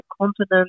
continent